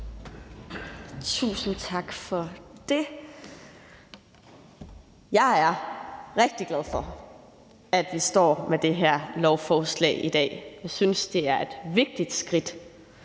Tusind tak for det. Jeg er rigtig glad for, at vi står med det her lovforslag i dag. Jeg synes, det er et vigtigt skridt